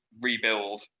rebuild